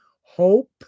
hope